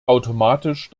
automatisch